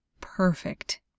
perfect